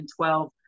2012